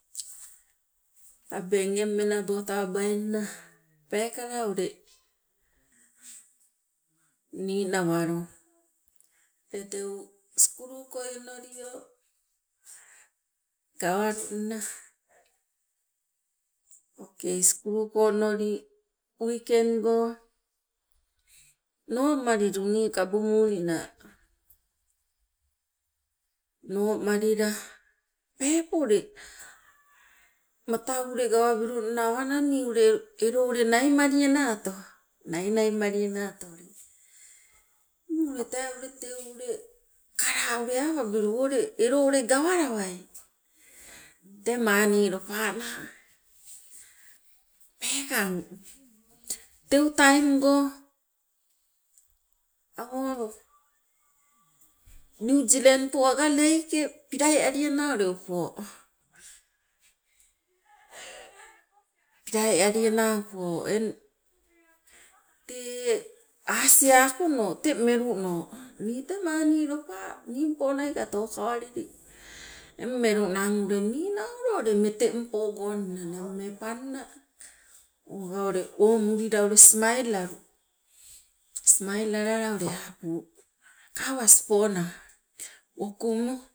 Tabeng eng menabo tawabainna peekela ule ninawalo tee teu sukulu onolio gawalunna. Okei sukulu onoli wiken go noomalilu nii kabu muuni naa, noomalila peepo ule matau ule gawabilunna awanang nii ule elo naimalianato, nainai malianatoi eng ule tee ule teu ule kalaa ule apabilu o ule elo ule gawalawai tee mani lopa naa peekang teu taingo awo new zealand po aga lae ke pilai aliana upo. pilai aliana upo eng tee asiakono te meluno nii tee mani lopa nimponaika tokawalili, eng melunang ule ninaulo ule metempogonna nammee panna, oga ule omulila smail alu, smail alala ule apu kawas pona wokumu